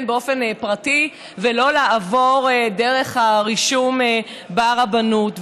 באופן פרטי ולא לעבור דרך הרישום ברבנות,